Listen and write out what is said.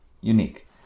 Unique